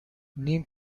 نیم